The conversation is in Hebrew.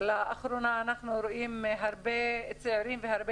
לאחרונה אנחנו רואים הרבה צעירים והרבה